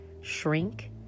shrink